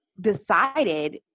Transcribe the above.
decided